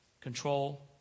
control